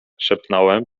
szepnąłem